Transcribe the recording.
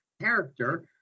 character